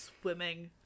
swimming